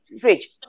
fridge